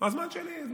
הזמן שלי.